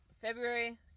February